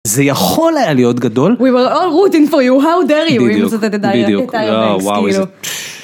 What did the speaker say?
זה יכול היה להיות גדול? We were all rooting for you, how dare you? בדיוק, בדיוק, אה, וואו איזה...